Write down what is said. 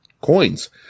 coins